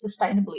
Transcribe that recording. sustainably